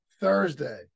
Thursday